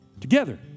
Together